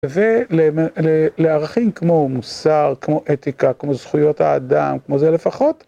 ולערכים כמו מוסר, כמו אתיקה, כמו זכויות האדם, כמו זה, לפחות...